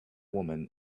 woman